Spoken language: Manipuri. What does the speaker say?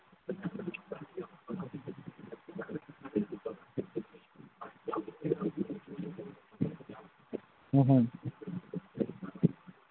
ꯎꯝꯍꯨꯝ